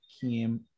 came